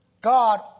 God